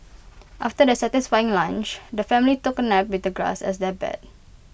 after their satisfying lunch the family took A nap with the grass as their bed